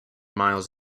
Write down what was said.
miles